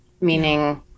meaning